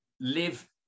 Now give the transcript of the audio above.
live